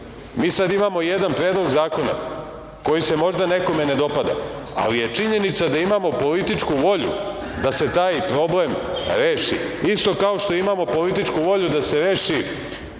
Mi sad imamo jedan Predlog zakona koji se možda nekome ne dopada, ali je činjenica da imamo političku volju da se taj problem reši, isto kao što imamo političku volju da se reši